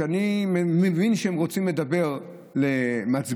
שאני מבין שהם רוצים לדבר למצביעיהם,